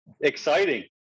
exciting